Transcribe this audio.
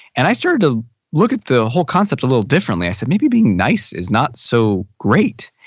and i started to look at the whole concept a little differently. i said, maybe being nice is not so great.